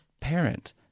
parent